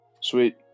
Sweet